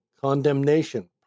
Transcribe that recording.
condemnation